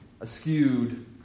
askewed